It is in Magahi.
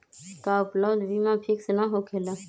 का उपलब्ध बीमा फिक्स न होकेला?